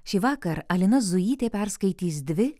šįvakar alina zujytė perskaitys dvi